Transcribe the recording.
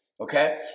okay